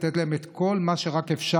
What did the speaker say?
לתת להם את כל מה שרק אפשר,